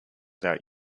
that